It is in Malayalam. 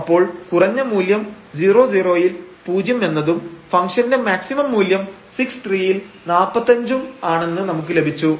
അപ്പോൾ കുറഞ്ഞ മൂല്യം 00 യിൽ 0 എന്നതും ഫംഗ്ഷന്റെ മാക്സിമം മൂല്യം 63 യിൽ 45 ഉം ആണെന്ന് നമുക്ക് ലഭിച്ചു